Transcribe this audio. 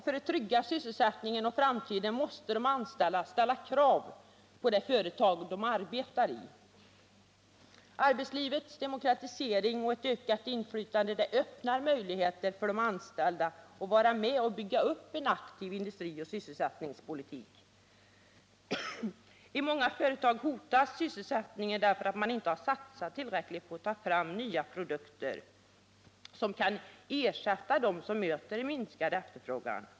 För att trygga sysselsättningen och framtiden måste de anställda ställa krav på det företag de arbetar i. Arbetslivets demokratisering och ett ökat inflytande öppnar möjligheter för de anställda att vara med och bygga upp en aktiv industrioch sysselsättningspolitik. I många företag hotas sysselsättningen på grund av att man inte har satsat tillräckligt på att ta fram nya produkter, som kan ersätta dem som möter en minskad efterfrågan.